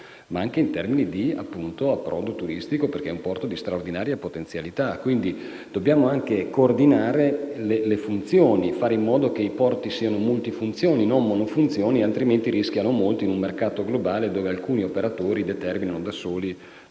ma anche di approdo turistico, perché è un porto di grande potenzialità. Quindi, dobbiamo anche coordinare le funzioni e fare in modo che i porti siano multi funzioni e non mono funzioni, altrimenti rischiano molto in un mercato globale dove alcuni operatori determinano da soli